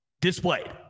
displayed